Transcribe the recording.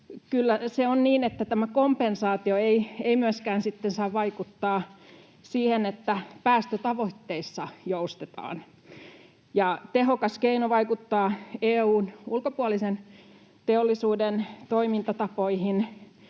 se on niin, että tämä kompensaatio ei myöskään sitten saa vaikuttaa siihen, että päästötavoitteissa joustetaan, ja tehokas keino vaikuttaa EU:n ulkopuolisen teollisuuden toimintatapoihin